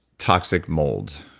toxic mold,